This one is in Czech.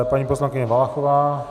Paní poslankyně Valachová.